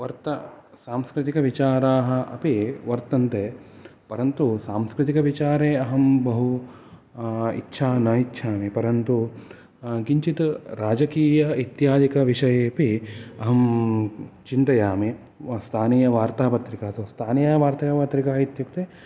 वर्त सांस्कृतिकविचाराः अपि वर्तन्ते परन्तु सांस्कृतिकाविचारे अहं बहु न इच्छामि परन्तु किंचित् राजकीय इत्यादिक विषयेऽपि अहं चिन्तयामि स्थानीयवार्तापत्रिकासु स्थानीयवार्तापत्रिका इत्युक्ते